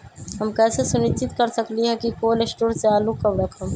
हम कैसे सुनिश्चित कर सकली ह कि कोल शटोर से आलू कब रखब?